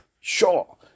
Sure